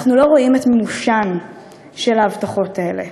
אנחנו לא רואים את מימושן של ההבטחות האלה.